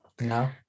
No